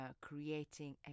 creating